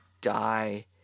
die